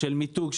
של מיתוג,